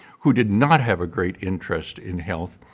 who did not have a great interest in health,